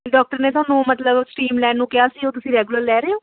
doctor ਨੇ ਤੁਹਾਨੂੰ ਮਤਲਬ ਸਟੀਮ ਲੈਣ ਨੂੰ ਕਿਹਾ ਸੀ ਉਹ ਤੁਸੀਂ ਰੈਗੂਲਰ ਲੈ ਰਹੇ ਹੋ